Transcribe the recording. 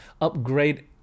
upgrade